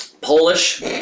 Polish